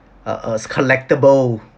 a a collectible